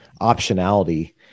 optionality